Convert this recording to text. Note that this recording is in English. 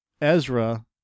Ezra